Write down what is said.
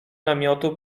namiotu